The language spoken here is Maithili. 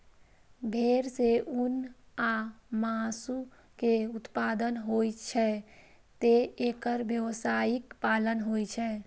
भेड़ सं ऊन आ मासु के उत्पादन होइ छैं, तें एकर व्यावसायिक पालन होइ छै